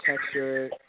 texture